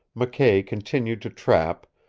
mckay continued to trap,